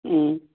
ꯎꯝ